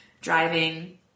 driving